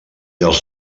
els